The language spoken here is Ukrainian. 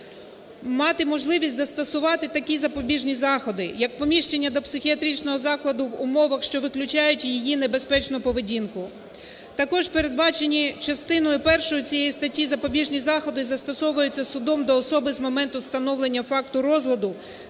мати можливість застосувати такі запобіжні заходи, як поміщення до психіатричного закладу в умовах, що виключають її небезпечну поведінку. Також передбачені частиною першою цієї статті запобіжні заходи застосовуються судом до особи з моменту встановлення факту розладу